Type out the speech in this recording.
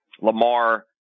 Lamar